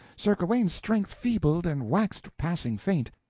sir gawaine's strength feebled and waxed passing faint,